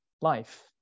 Life